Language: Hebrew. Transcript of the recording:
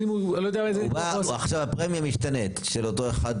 הוא בא, עכשיו, פרמיה משתנית של אותו אחד.